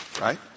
right